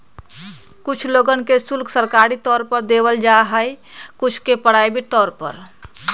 कुछ लोगन के शुल्क सरकारी तौर पर देवल जा हई कुछ के प्राइवेट तौर पर